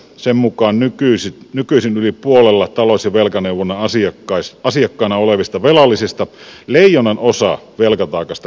sen mukaan nykyisin yli puolella tavallisen velkaneuvonnan asiakkaana olevista velallisista leijonanosa velkataakasta koostuu pikavipeistä